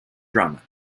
drama